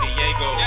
Diego